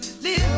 live